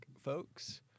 folks